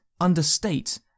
understate